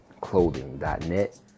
Clothing.net